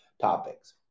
topics